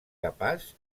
capaç